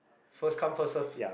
first come first serve